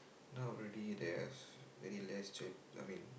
now already there's very less I mean